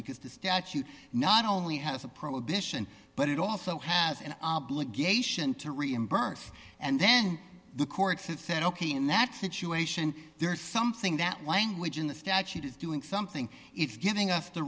because the statute not only has a prohibition but it also has an obligation to reimburse and then the courts have said ok in that situation there is something that language in the statute is doing something it's giving us the